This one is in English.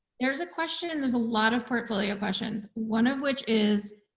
there's a question, there's a lot of portfolio questions, one of which is,